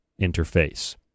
interface